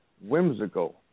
whimsical